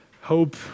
hope